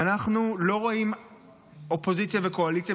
ואנחנו לא רואים אופוזיציה וקואליציה,